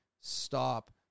stop